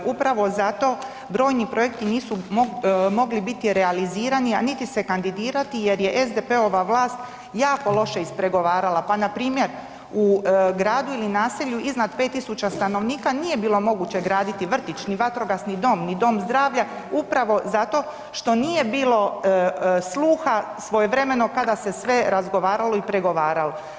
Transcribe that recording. Upravo zato brojni projekti nisu mogli biti realizirani, a niti se kandidirati jer je SDP-ova vlast jako loše ispregovarala, pa npr. u gradu ili naselju iznad 5000 stanovnika nije bilo moguće graditi vrtić, ni vatrogasni dom, ni dom zdravlja, upravo zato što nije bilo sluha svojevremeno kada se sve razgovaralo i pregovaralo.